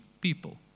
people